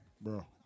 bro